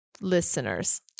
listeners